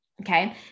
Okay